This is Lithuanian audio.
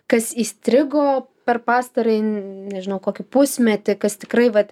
kas įstrigo per pastarąjį nežinau kokį pusmetį kas tikrai vat